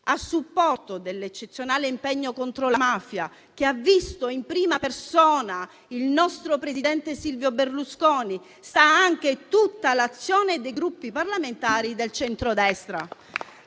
A supporto dell'eccezionale impegno contro la mafia, che ha visto in prima persona il nostro presidente Silvio Berlusconi, sta anche tutta l'azione dei Gruppi parlamentari del centrodestra.